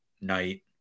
night